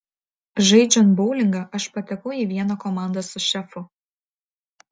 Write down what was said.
žaidžiant boulingą aš patekau į vieną komandą su šefu